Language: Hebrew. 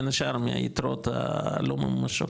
בין השאר מהיתרות הלא ממומשות,